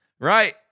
right